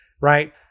right